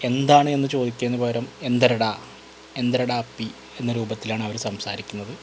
എന്താണ് എന്ന് ചോദിക്കുന്നതിന് പകരം എന്തരെടാ എന്തരെടാ അപ്പി എന്ന രൂപത്തിലാണ് അവര് സംസാരിക്കുന്നത്